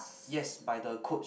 yes by the coach